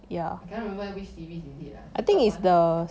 I cannot remember which series is it lah the third one the second one